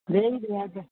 भेज दियऽ तऽ